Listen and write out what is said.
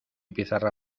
pizarra